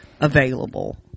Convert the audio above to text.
available